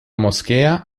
moschea